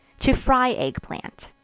to fry egg plant.